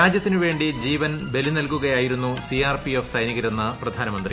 രാജ്യത്തിനു വേണ്ടി ജീവൻ ബലിനൽകുകയായിരുന്നു സിആർപിഎഫ് സൈനികരെന്ന് പ്രധാനമന്ത്രി